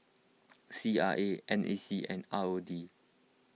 C R A N A C and R O D